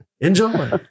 enjoy